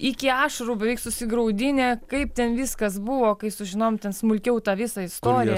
iki ašarų beveik susigraudinę kaip ten viskas buvo kai sužinojom ten smulkiau tą visą istoriją